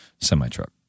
semi-truck